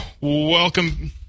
welcome